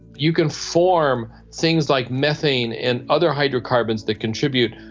you can form things like methane and other hydrocarbons that contribute,